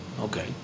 okay